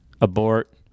abort